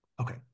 Okay